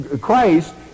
Christ